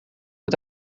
het